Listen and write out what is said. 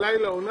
ובלילה הוא נח.